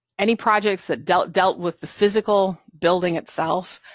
any projects that dealt dealt with the physical building itself,